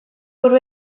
buru